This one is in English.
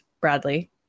Bradley